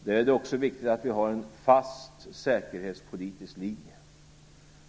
Då är det också viktigt att vi har en fast säkerhetspolitisk linje.